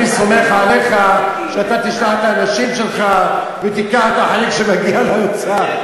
אני סומך עליך שאתה תשלח את האנשים שלך ותיקח את החלק שמגיע לאוצר.